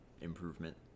improvement